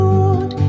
Lord